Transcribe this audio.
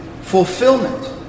fulfillment